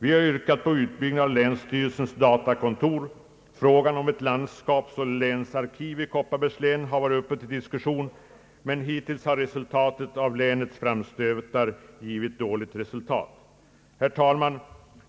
Vi har yrkat på utbyggnad av länsstyrelsens datakontor. Frågan om ett landskapseller länsarkiv i Kopparbergs län har varit uppe till diskussion. Hittills har dock länets framstötar givit dåligt resultat. Herr talman!